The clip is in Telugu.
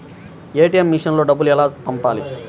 ఏ.టీ.ఎం మెషిన్లో డబ్బులు ఎలా పంపాలి?